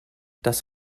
das